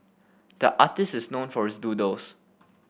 the artist is known for his doodles